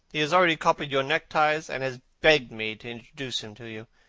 he has already copied your neckties, and has begged me to introduce him to you.